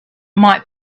might